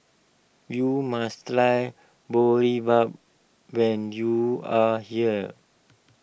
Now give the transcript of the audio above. you must try Boribap when you are here